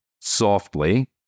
softly